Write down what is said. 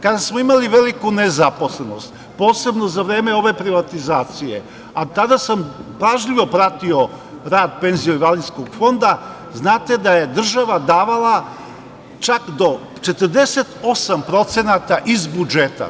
Kada smo imali veliku nezaposlenost, posebno za vreme ove privatizacije, a tada sam pažljivo pratio rad Penzijsko-invalidskog fonda, znate da je država davala čak do 48% iz budžeta.